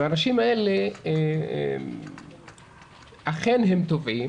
האנשים האלה אכן תובעים